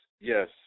Yes